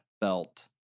felt